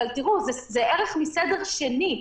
אבל, זה ערך מסדר שני.